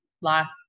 last